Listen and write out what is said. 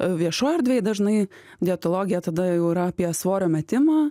viešoj erdvėj dažnai dietologė tada jau yra apie svorio metimą